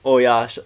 oh ya